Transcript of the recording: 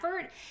effort